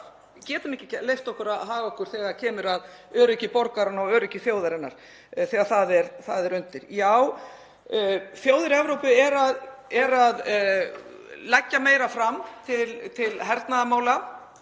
getum ekki leyft okkur að haga okkur þannig þegar kemur að öryggi borgaranna og öryggi þjóðarinnar þegar það er undir. Þjóðir Evrópu eru að leggja meira fram til hernaðarmála,